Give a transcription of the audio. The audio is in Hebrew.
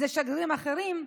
שגרירים אחרים,